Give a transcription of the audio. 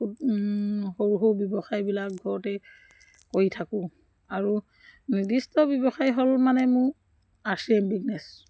সৰু সৰু ব্যৱসায়বিলাক ঘৰতেই কৰি থাকোঁ আৰু নিৰ্দিষ্ট ব্যৱসায় হ'ল মানে মোৰ আৰ চি এম বিগনেছ